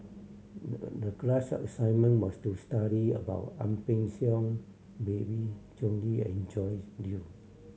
the class assignment was to study about Ang Peng Siong Babe Conde and Joyce Jue